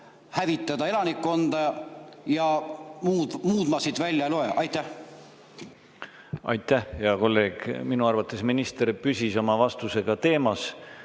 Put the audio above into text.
hävitada elanikkonda. Muud ma siit välja ei loe. Aitäh, hea kolleeg! Minu arvates minister püsis oma vastusega teemas.